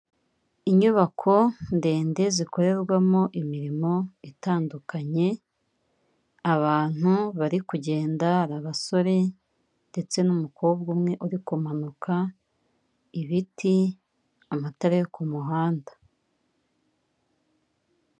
Inyubako ndende zikorerwamo imirimo itandukanye, abantu bari kugenda hari abasore ndetse n'umukobwa umwe uri kumanuka, ibiti, amatara yo kumuhanda.